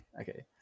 okay